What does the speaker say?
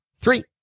three